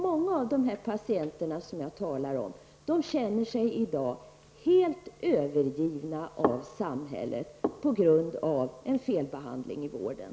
Många av de patienter jag talar om, känner sig i dag helt övergivna av samhället på grund av felbehandling i vården.